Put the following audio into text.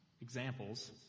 examples